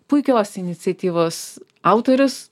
puikios iniciatyvos autorius